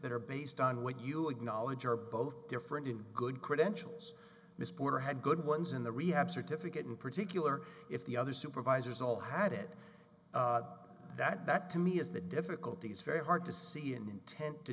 that are based on what you acknowledge are both different in good credentials ms porter had good ones in the rehab certificate in particular if the other supervisors all had it that that to me is the difficulties very hard to see an intent to